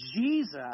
Jesus